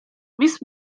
miss